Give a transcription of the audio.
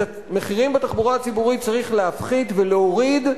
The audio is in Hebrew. את המחירים בתחבורה הציבורית צריך להפחית ולהוריד,